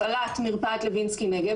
הפעלת מרפאת לוינסקי נגב,